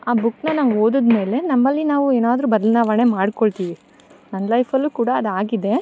ಆ ಬುಕ್ನ ನಾವು ಓದಿದ್ ಮೇಲೆ ನಮ್ಮಲ್ಲಿ ನಾವು ಏನಾದರು ಬದಲಾವಣೆ ಮಾಡಿಕೊಳ್ತೀವಿ ನನ್ನ ಲೈಫಲ್ಲು ಕೂಡ ಅದಾಗಿದೆ